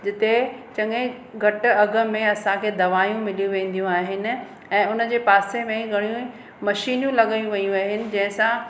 जिते चङे घटि अघि में असांखे दवाइयूं मिली वेंदियूं आहिनि ऐं उनजे पासे में ई घणियूं ई मशीनियूं लॻाइयूं वियूं आहिनि जंहिंसां